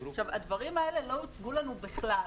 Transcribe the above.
הדברים האלה לא הוצגו לנו בכלל